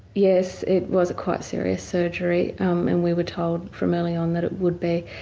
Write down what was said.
yes, it was quite serious surgery um and we were told from early on that it would be,